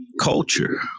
culture